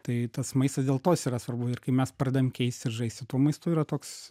tai tas maistas dėl to jis yra svarbu ir kai mes pradedam keist ir žaisti tuo maistu yra toks